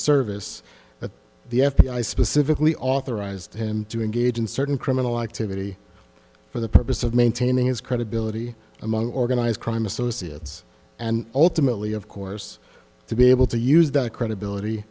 service that the f b i specifically authorized him to engage in certain criminal activity for the purpose of maintaining his credibility among organized crime associates and ultimately of course to be able to use that credibility